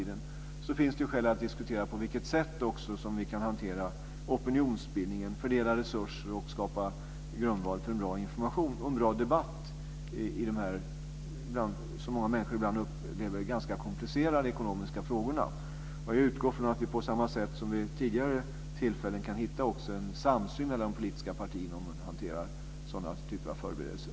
Då finns det skäl att diskutera på vilket sätt vi kan hantera opinionsbildningen, fördela resurser och skapa grundval för en bra information och debatt. Många människor upplever dessa frågor som ganska komplicerade ekonomiska frågor. Jag utgår från att vi på samma sätt som tidigare kan hitta en samsyn mellan de politiska partierna om hur man hanterar sådana förberedelser.